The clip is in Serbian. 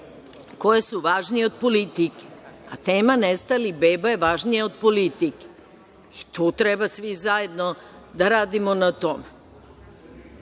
koje su važnije od politike, a tema nestalih beba je važnija od politike. Tu treba svi zajedno da radimo na tome.